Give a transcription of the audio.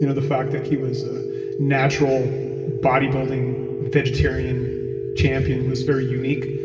you know the fact that he was a natural bodybuilding vegetarian champion was very unique.